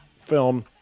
film